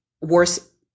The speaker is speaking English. worse